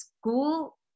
school